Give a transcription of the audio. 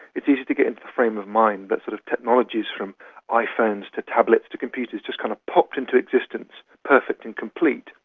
it's easy to get into the frame of mind that sort of technologies from iphones to tablets to computers just kind of popped into existence, perfect and complete.